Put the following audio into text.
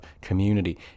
community